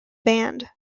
band